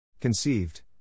Conceived